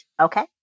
Okay